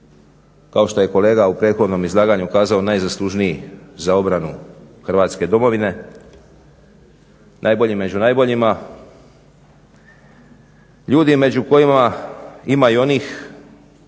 kao što je kolega u prethodnom izlaganju kazao najzaslužniji za obranu Hrvatske domovine. Najbolji među najboljima, ljudi među kojima ima i onih